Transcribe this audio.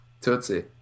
Tootsie